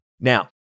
now